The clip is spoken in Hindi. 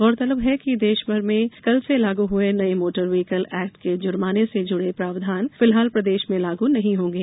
गौरतलब है कि देशभर में कल से लागू हुए नये मोटर व्हीकल एक्ट के जुर्माने से जुड़े प्रावधान फिलहाल प्रदेश में लागू नहीं होंगे